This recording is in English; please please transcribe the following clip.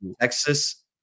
Texas